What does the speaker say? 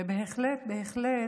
ובהחלט בהחלט,